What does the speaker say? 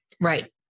Right